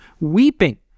weeping